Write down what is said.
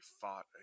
fought